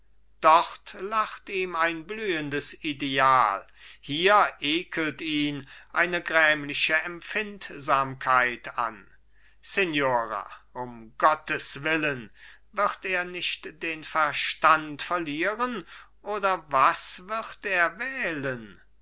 dort lacht ihm ein blühendes ideal hier ekelt ihn eine grämliche empfindsamkeit an signora um gottes willen wird er nicht den verstand verlieren oder was wird er wählen